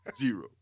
zero